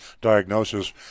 diagnosis